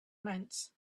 meant